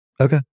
Okay